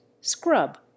Scrub